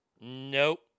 Nope